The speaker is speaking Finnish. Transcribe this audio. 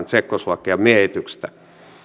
tsekkoslovakian miehityksestä